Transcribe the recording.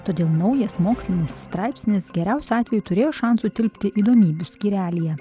todėl naujas mokslinis straipsnis geriausiu atveju turėjo šansų tilpti įdomybių skyrelyje